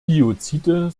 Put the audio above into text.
biozide